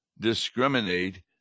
discriminate